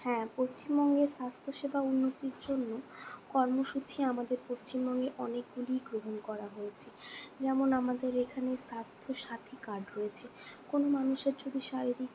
হ্যাঁ পশ্চিমবঙ্গের স্বাস্থ্যসেবা উন্নতির জন্য কর্মসূচী আমাদের পশ্চিমবঙ্গে অনেকগুলি গ্রহণ করা হয়েছে যেমন আমাদের এখানে স্বাস্থ্যসাথী কার্ড রয়েছে কোনো মানুষের যদি শারীরিক খুব